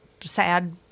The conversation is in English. sad